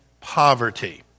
poverty